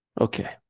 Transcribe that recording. Okay